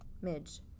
midge